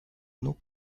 nous